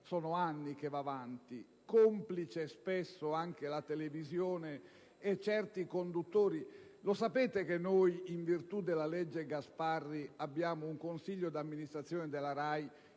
(sono anni che va avanti, complici spesso anche la televisione e certi conduttori), noi, in virtù della legge Gasparri, abbiamo un consiglio di amministrazione della RAI